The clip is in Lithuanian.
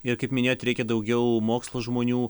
ir kaip minėjot reikia daugiau mokslo žmonių